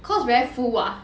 cause very full ah